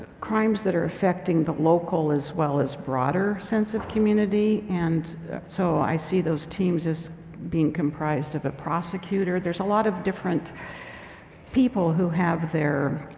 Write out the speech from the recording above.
crimes that are affecting the local as well as broader sense of community. and so i see those teams as being comprised of a prosecutor. there's a lot of different people who have their,